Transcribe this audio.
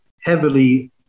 heavily